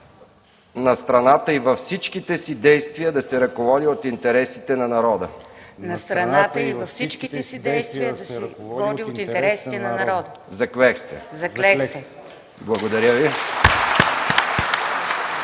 на страната и във всичките си действия да се ръководя от интересите на народа. Заклех се!”